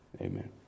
amen